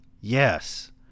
Yes